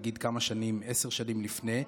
נגיד כמה שנים, עשר שנים לפני,